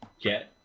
get